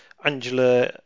Angela